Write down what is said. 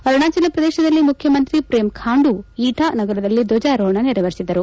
ಅರುಣಾಜಲ ಪ್ರದೇಶದಲ್ಲಿ ಮುಖ್ಯಮಂತ್ರಿ ಪ್ರೇಮ್ಖಾಂಡು ಈಟಾ ನಗರದಲ್ಲಿ ಧ್ವಜಾರೋಹಣ ನೆರವೇರಿಸಿದರು